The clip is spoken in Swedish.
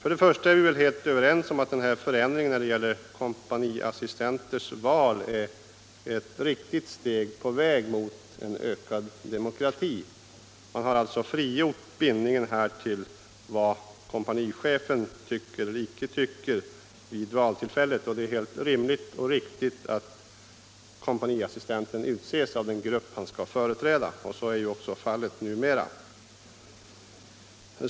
Vi är väl helt överens om att förändringen när det gäller val av kompaniassistenter är ett riktigt steg på vägen mot en ökad demokrati. Man har alltså avskaffat bindningen till vad kompanichefen tycker eller inte tycker vid valtillfället, och det är naturligtvis helt rimligt att kompaniassistenten utses av den grupp han skall företräda. Så är alltså fallet numera.